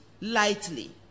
lightly